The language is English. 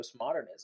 postmodernism